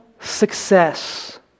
Success